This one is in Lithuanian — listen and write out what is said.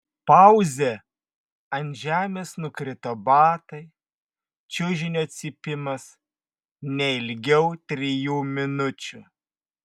pauzė ant žemės nukrito batai čiužinio cypimas ne ilgiau trijų minučių